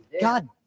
God